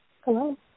Hello